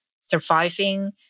surviving